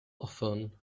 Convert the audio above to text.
often